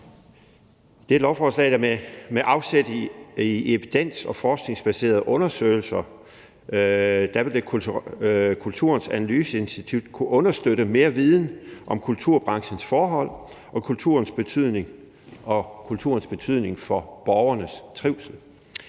det her lovforslag. Med afsæt i evidens og forskningsbaserede undersøgelser vil Kulturens Analyseinstitut kunne understøtte mere viden om kulturbranchens forhold og kulturens betydning for borgernes trivsel.